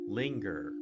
linger